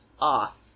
off